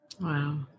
wow